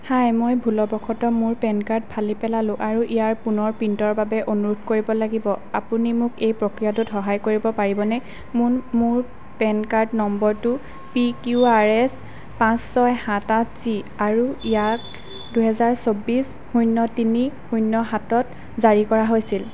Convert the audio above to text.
হাই মই ভুলবশতঃ মোৰ পেন কাৰ্ড ফালি পেলালোঁ আৰু ইয়াৰ পুনৰ প্ৰিণ্টৰ বাবে অনুৰোধ কৰিব লাগিব আপুনি মোক এই প্ৰক্ৰিয়াটোত সহায় কৰিব পাৰিবনে মোন মোৰ পেন কাৰ্ড নম্বৰটো পি কিউ আৰ এছ পাঁচ ছয় সাত আঠ জি আৰু ইয়াক দুহেজাৰ চৌব্বিছ শূন্য তিনি শূন্য সাতত জাৰী কৰা হৈছিল